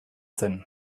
zen